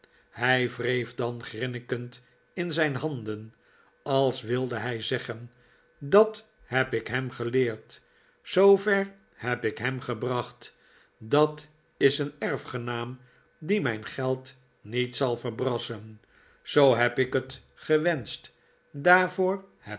hij wreef dan grinnikend in zijn handen als wilde hij zeggen dat heb ik hem geleerd zoover heb ik hem gebracht dat is een erfgenaam die mijn geld niet zal verbrassen zoo heb ik het gewenscht